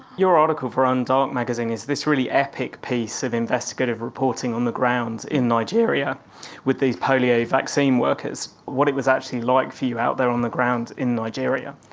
your article for undark magazine is this really epic piece of investigative reporting on the ground in nigeria with these polio vaccine workers, what it was actually like for you out there on the ground in nigeria.